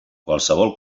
qualsevol